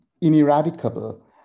ineradicable